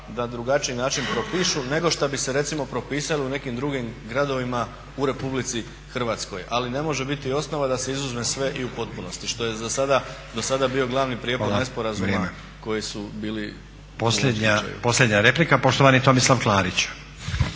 na drugačiji način propišu nego što bi se recimo propisalo u nekim drugim gradovima u Republici Hrvatskoj. Ali ne može biti osnova da se izuzme sve i u potpunosti što je do sada bio glavni prijepor nesporazuma koji su bili u ovom slučaju.